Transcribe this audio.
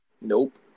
Nope